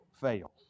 fail